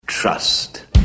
trust